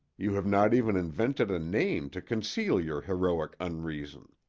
you have not even invented a name to conceal your heroic unreason.